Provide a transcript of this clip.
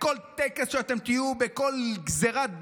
בכל טקס שאתם תהיו, בכל גזירת כביש,